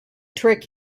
trick